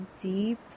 deep